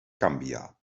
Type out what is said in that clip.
gambia